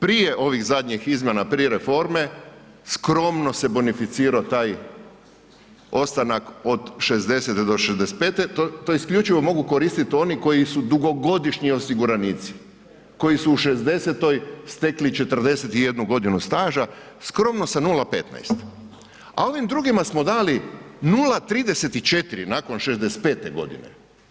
Prije ovih zadnjih izmjena, prije reforme, skromno se bonificirao taj ostanak od 60-te do 65-te, to isključivo mogu koristiti oni koji su dugogodišnji osiguranici, koji su u 60-toj stekli 41 g. staža skromno sa 0,15 a ovim drugima smo dali 0,34 nakon 65 godine.